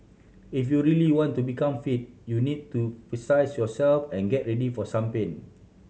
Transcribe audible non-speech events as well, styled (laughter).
if you really want to become fit you need to (unintelligible) yourself and get ready for some pain